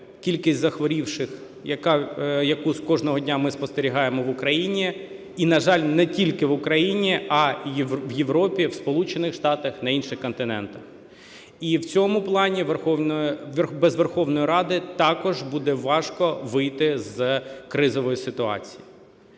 кількість захворілих, яку з кожного дня ми спостерігаємо в Україні, і, на жаль, не тільки в Україні, а і в Європі, в Сполучених Штатах, на інших континентах. І в цьому плані без Верховної Ради також буде важко вийти з кризової ситуації.